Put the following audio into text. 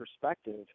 perspective